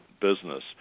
business